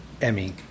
Emmy